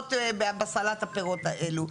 פירות בסלט הפירות הזה.